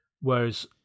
Whereas